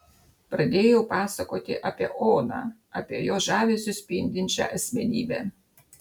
pradėjau pasakoti apie oną apie jos žavesiu spindinčią asmenybę